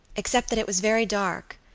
except that it was very dark,